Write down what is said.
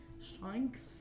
Strength